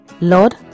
Lord